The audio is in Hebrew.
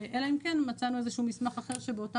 אלא אם כן מצאנו איזשהו מסמך אחר שבאותה